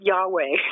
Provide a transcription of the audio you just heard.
Yahweh